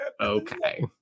okay